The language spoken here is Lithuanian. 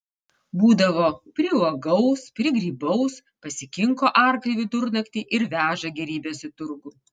būdavo priuogaus prigrybaus pasikinko arklį vidurnaktį ir veža gėrybes į turgų